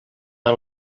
per